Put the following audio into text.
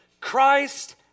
Christ